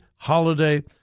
holiday